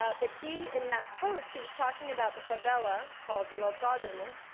ah but he in that post, he was talking about the favela called vila autodromo,